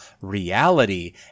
reality